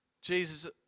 Jesus